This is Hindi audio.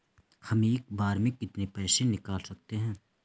हम एक बार में कितनी पैसे निकाल सकते हैं?